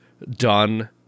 Done